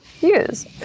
use